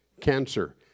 Cancer